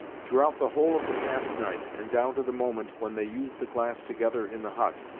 throughout the whole of the past night, and down to the moment, when they used the glass together in the hut,